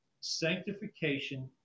sanctification